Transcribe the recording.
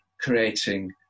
creating